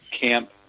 camp